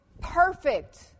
perfect